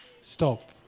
stop